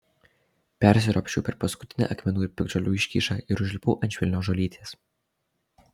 persiropščiau per paskutinę akmenų ir piktžolių iškyšą ir užlipau ant švelnios žolytės